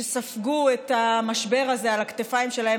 שספגו את המשבר הזה על הכתפיים שלהם,